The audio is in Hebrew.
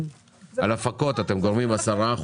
על הפקות אתם גובים 10%,